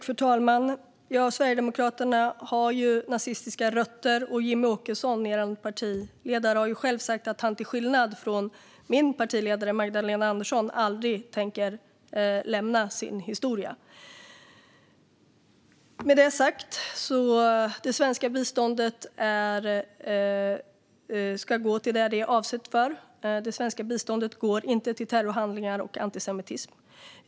Fru talman! Sverigedemokraterna har ju nazistiska rötter. Jimmie Åkesson, er partiledare, har själv sagt att han till skillnad från min partiledare, Magdalena Andersson, aldrig tänker lämna sin historia. Med det sagt: Det svenska biståndet ska gå till det som det är avsett för. Det svenska biståndet går inte till terrorhandlingar och antisemitism.